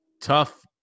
tough